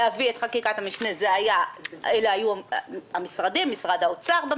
להביא את חקיקת המשנה היו משרדי הממשלה,